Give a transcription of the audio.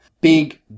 big